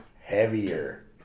heavier